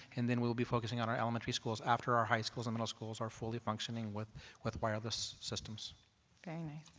an then we will be focusing on our elementary schools after our high schools and middle schools are fully functioning with with wireless systems very nice,